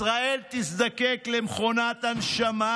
ישראל תזדקק למכונת הנשמה.